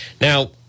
Now